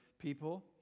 people